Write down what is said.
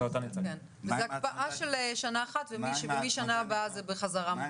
זאת הקפאה של שנה אחת ומשנה הבאה זה בחזרה מוצמד.